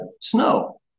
snow